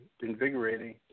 invigorating